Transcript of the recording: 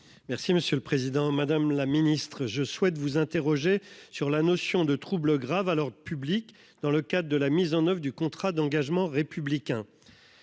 Merci monsieur le président, madame la ministre je souhaite vous interroger sur la notion de trouble grave à leur public dans le cadre de la mise en oeuvre du contrat d'engagement républicain.